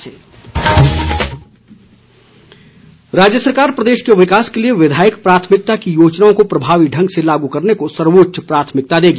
मुख्यमंत्री राज्य सरकार प्रदेश के विकास के लिए विधायक प्राथमिकता की योजनाओं को प्रभावी ढंग से लागू करने को सर्वोच्च प्राथमिकता देगी